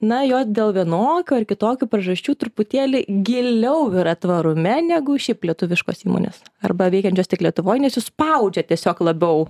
na jos dėl vienokių ar kitokių priežasčių truputėlį giliau yra tvarume negu šiaip lietuviškos įmonės arba veikiančios tik lietuvoj nes jus spaudžia tiesiog labiau